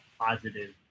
positive